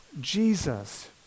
Jesus